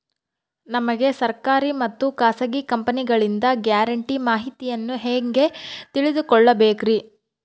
ನಮಗೆ ಸರ್ಕಾರಿ ಮತ್ತು ಖಾಸಗಿ ಕಂಪನಿಗಳಿಂದ ಗ್ಯಾರಂಟಿ ಮಾಹಿತಿಯನ್ನು ಹೆಂಗೆ ತಿಳಿದುಕೊಳ್ಳಬೇಕ್ರಿ?